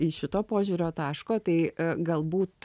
iš šito požiūrio taško tai galbūt